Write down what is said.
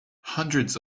hundreds